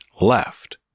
left